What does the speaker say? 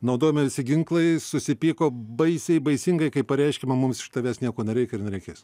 naudojami visi ginklai susipyko baisiai baisingai kai pareiškiama mums iš tavęs nieko nereikia ir nereikės